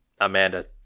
Amanda